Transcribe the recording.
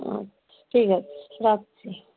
আচ্ছা ঠিক আছে রাখছি